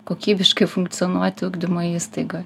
kokybiškai funkcionuoti ugdymo įstaigoj